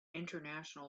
international